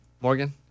Morgan